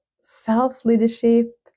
self-leadership